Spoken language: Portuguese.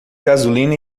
gasolina